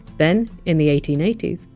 then, in the eighteen eighty s,